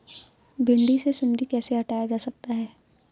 भिंडी से सुंडी कैसे हटाया जा सकता है?